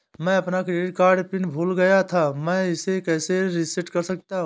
मैं अपना credit card PIN भूल गया था मैं इसे कैसे रीसेट कर सकता हूँ?